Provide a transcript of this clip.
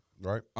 right